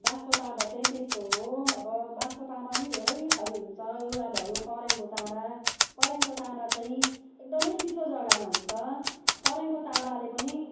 बाँसको तामा चाहिँ त्यस्तो हो अब बाँसको तामा नि धेरै थरी हुन्छ एउटा भयो परेङको तामा परेङको तामा चाहिँ एकदमै चिसो जग्गामा हुन्छ परेङको तामाले पनि